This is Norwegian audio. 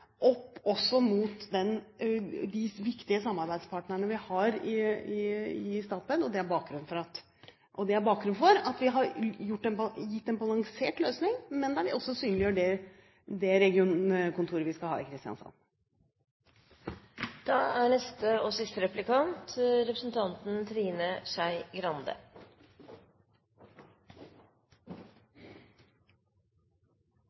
opp også mot de viktige samarbeidspartnerne vi har i Statped. Det er bakgrunnen for at vi har gitt en balansert løsning, men der vi også synliggjør det regionkontoret vi skal ha i Kristiansand. Jeg har lyst til å spørre statsråden litt om kulturforståelse. Litt av poenget i mitt innlegg var å si at en må ha forståelse for at døvekultur og tegnspråkkultur er